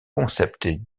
concepts